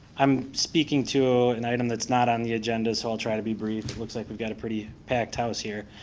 i'm speaking to an item that's not on the agenda, so i'll try to be brief. it looks like we've got a pretty packed house here.